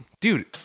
Dude